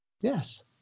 Yes